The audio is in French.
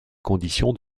condition